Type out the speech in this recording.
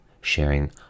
sharing